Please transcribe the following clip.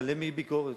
ועליהם תהיה ביקורת.